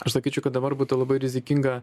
aš sakyčiau kad dabar būtų labai rizikinga